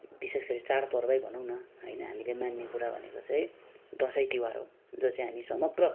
विशेष गरी चाड पर्वै भनौँ न होइन हामीले मान्ने कुरा भनेको चाहिँ दसैँ तिहार हो जो चाहिँ हामी समग्र